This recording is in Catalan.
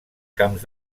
camps